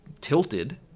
tilted